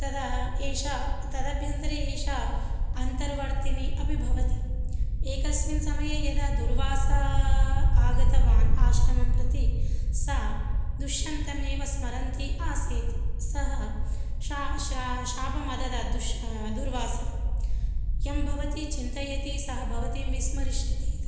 तदा एषा तदभ्यन्तरे एषा अन्तर्वर्तिनी अपि भवति एकस्मिन् समये यदा दूर्वासः आगतवान् आश्रमं प्रति सा दुश्यन्तम् एव स्मरन्ती आसीत् सः शा श्रा शापमददात् दुश् दूर्वासः यं भवती चिन्तयति सः भवतीं विस्मरिष्यति इति